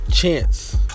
chance